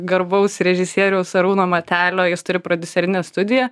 garbaus režisieriaus arūno matelio jis turi prodiuserinę studiją